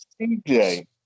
CJ